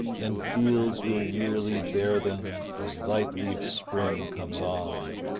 and fields will yearly bear them as light-leaved spring comes on,